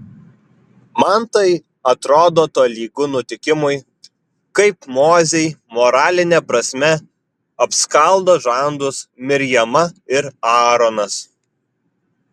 man tai atrodo tolygu nutikimui kaip mozei moraline prasme apskaldo žandus mirjama ir aaronas